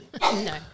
No